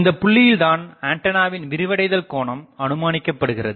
இந்தப் புள்ளியில்தான் ஆண்டனாவின் விரிவடைதல் கோணம் அனுமானிக்கப்படுகிறது